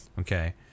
Okay